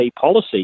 policy